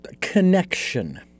connection